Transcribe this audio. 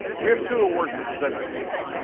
we have two awards to present this evening.